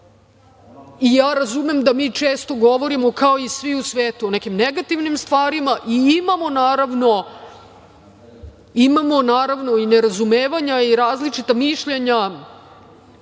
talas. Razum da mi često govorimo, kao i svi u svetu, o nekim negativnim stvarima. Imamo, naravno, i nerazumevanja i različita mišljenja